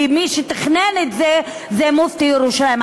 כי מי שתכנן את זה היה מופתי ירושלים.